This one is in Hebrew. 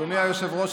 אדוני היושב-ראש,